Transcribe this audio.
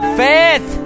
faith